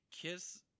KISS